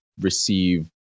receive